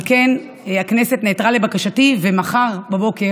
אבל הכנסת נעתרה לבקשתי, ומחר בבוקר,